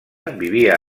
vivia